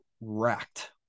wrecked